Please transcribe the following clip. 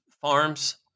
farms